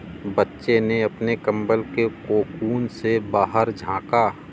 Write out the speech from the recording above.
बच्चे ने अपने कंबल के कोकून से बाहर झाँका